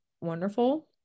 wonderful